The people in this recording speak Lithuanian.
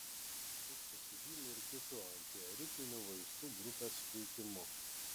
jis pasižymi ir kitų antiaritminių vaistų grupės veikimu